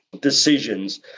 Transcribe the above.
decisions